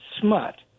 smut